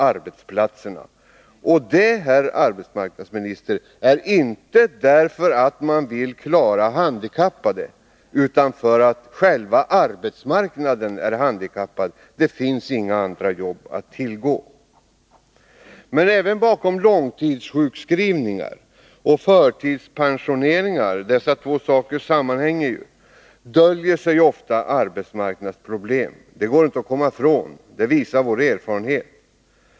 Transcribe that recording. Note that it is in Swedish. Anledningen till det, herr arbetsmarknadsminister, är inte att man vill klara sysselsättningen för handikappade utan att själva arbetsmarknaden är handikappad. Det finns inga andra jobb att tillgå. Men även bakom långtidssjukskrivning och förtidspensionering — dessa två saker sammanhänger ju — döljer sig ofta arbetsmarknadsproblem. Det går inte att komma ifrån, det visar vår erfarenhet.